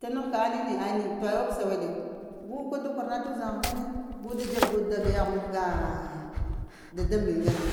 To nogh ka anini ane. To awapsa weɗe, guka da kwara na ta t’ uzaŋgagh ŋane, gu da dzeb gu da ga yawgh mahga ah dadaŋ mbiŋ ŋgane,